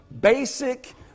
basic